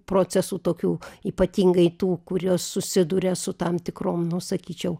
procesų tokių ypatingai tų kurios susiduria su tam tikrom nu sakyčiau